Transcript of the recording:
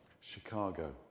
Chicago